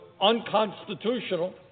unconstitutional